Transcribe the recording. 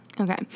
okay